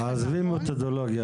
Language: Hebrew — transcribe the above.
עזבי מתודולוגיה,